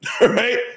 right